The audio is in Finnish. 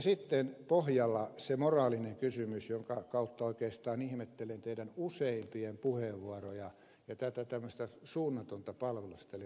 sitten pohjalla se moraalinen kysymys jonka kautta oikeastaan ihmettelen teistä useimpien puheenvuoroja ja tätä tämmöistä suunnatonta palvelusetelin vastustamista